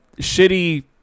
shitty